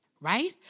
right